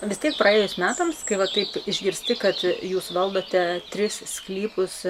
vis tiek praėjus metams kai va taip išgirsti kad jūs valdote tris sklypus